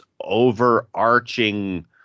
overarching